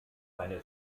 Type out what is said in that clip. eine